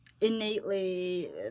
innately